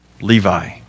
Levi